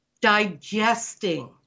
digesting